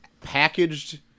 packaged